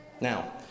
Now